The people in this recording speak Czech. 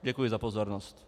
Děkuji za pozornost.